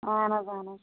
اَہَن حظ اَہَن حظ